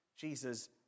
Jesus